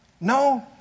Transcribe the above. No